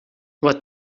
what